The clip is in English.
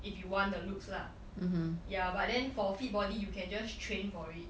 if you want the looks lah ya but then for fit body you can just train for it